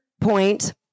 point